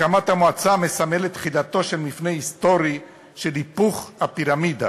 הקמת המועצה מסמלת תחילת מפנה היסטורי של היפוך הפירמידה,